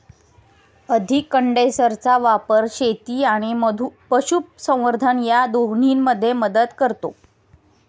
अधिक कंडेन्सरचा वापर शेती आणि पशुसंवर्धन या दोन्हींमध्ये मदत करतो